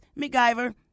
MacGyver